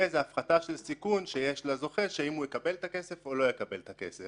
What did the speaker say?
וזה הפחתה של סיכון שיש לזוכה אם הוא יקבל את הכסף או לא יקבל את הכסף.